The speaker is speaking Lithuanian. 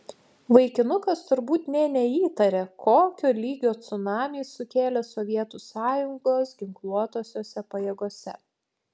vaikinukas turbūt nė neįtarė kokio lygio cunamį sukėlė sovietų sąjungos ginkluotosiose pajėgose